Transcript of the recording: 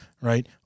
right